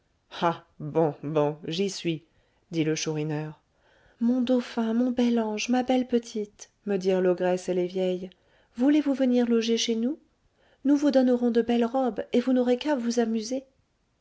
bon bon j'y suis dit le chourineur mon dauphin mon bel ange ma belle petite me dirent l'ogresse et les vieilles voulez-vous venir loger chez nous nous vous donnerons de belles robes et vous n'aurez qu'à vous amuser